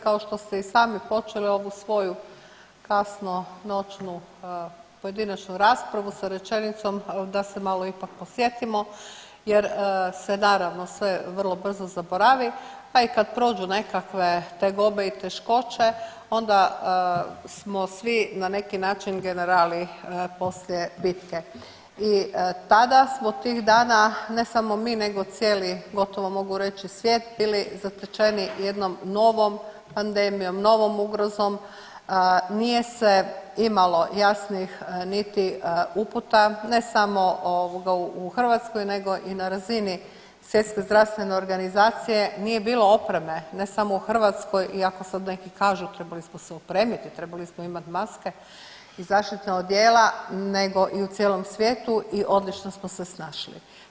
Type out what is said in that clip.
Kao što ste i sami počeli ovu svoju kasnonoćnu pojedinačnu raspravu sa rečenicom da se malo ipak podsjetimo jer se naravno, sve vrlo brzo zaboravi, pa i kad prođu nekakve tegobe i teškoće, onda smo svi na neki način generali poslije bitke i tada smo tih dana ne samo mi nego cijeli gotovo mogu reći, svijet, bili zatečeni jednom novom pandemijom, novom ugrozom, nije se imalo jasnih niti uputa, ne samo u Hrvatskoj nego i na razini SZO, nije bilo opreme, ne samo u Hrvatskoj, iako sad neki kažu, trebali smo se opremiti, trebali smo imati maske i zaštitna odijela, nego i u cijelom svijetu i odlično smo se snašli.